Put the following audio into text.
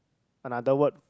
another word